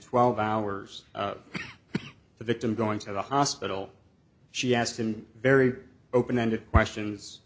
twelve hours of the victim going to the hospital she asked him very open ended questions